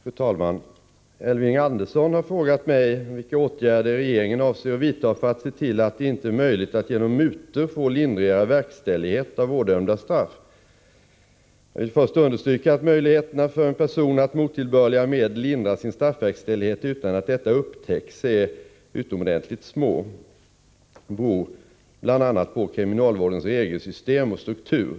Fru talman! Elving Andersson har frågat mig om vilka åtgärder regeringen avser att vidta för att se till att det inte är möjligt att genom mutor få lindrigare verkställighet av ådömda straff. Jag vill först understryka att möjligheterna för en person att med otillbörliga medel lindra sin straffverkställighet utan att detta upptäcks är utomordentligt små. Det beror bl.a. på kriminalvårdens regelsystem och struktur.